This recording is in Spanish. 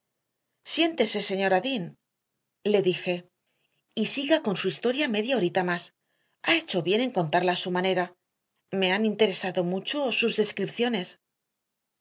siéntese señora dean le dije y siga con su historia media horita más ha hecho bien en contarla a su manera me han interesado mucho sus descripciones